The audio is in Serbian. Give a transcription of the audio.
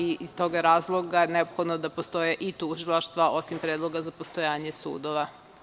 Iz tog razloga je neophodno da postoje i tužilaštva, osim predloga za postojanje sudova.